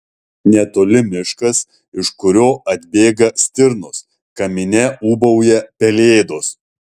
netoli miškas iš kurio atbėga stirnos kamine ūbauja pelėdos